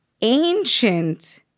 ancient